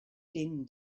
din